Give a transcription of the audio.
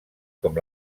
com